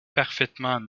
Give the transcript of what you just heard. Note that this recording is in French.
parfaitement